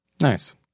Nice